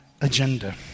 agenda